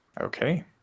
Okay